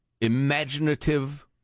imaginative